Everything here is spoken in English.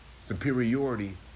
Superiority